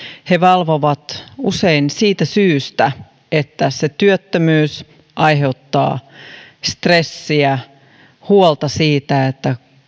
he valvovat usein siitä syystä että se työttömyys aiheuttaa stressiä ja huolta siitä